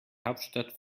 hauptstadt